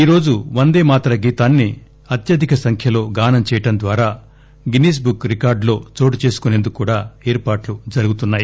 ఈరోజు వందేమాతర గీతాన్ని అత్యధిక సంఖ్యలో గానం చేయడం ద్వారా గిన్నిస్ బుక్ రికార్డులో చోటు చేసుకుసేందుకు కూడా ఏర్పాట్లు జరుగుతున్నాయి